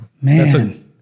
Man